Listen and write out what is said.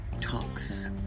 talks